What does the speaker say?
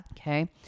okay